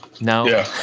No